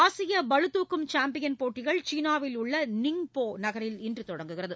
ஆசிய பளுதுக்கும் சாம்பியன் போட்டிகள் சீனாவில் உள்ள நிங்போ நகரில் இன்று தொடங்குகிறது